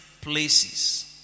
places